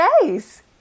days